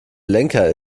lenker